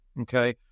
Okay